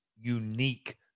unique